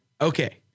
okay